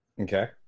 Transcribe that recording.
Okay